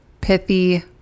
pithy